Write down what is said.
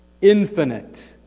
infinite